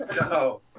No